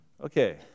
Okay